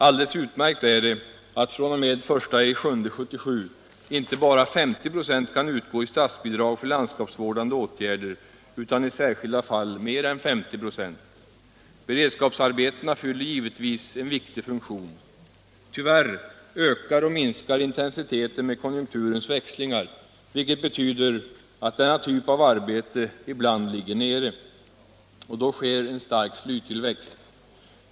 Alldeles utmärkt är det att fr.o.m. den 1 juli 1977 inte bara 50 26 kan utgå i statsbidrag för landskapsvårdande åtgärder utan i särskilda fall mer än 50 96. Beredskapsarbetena fyller givetvis en viktig funktion. Tyvärr ökar och minskar intensiteten med konjunkturens växlingar, vilket betyder att denna typ av arbete ibland ligger nere. Då sker en stark slytillväxt.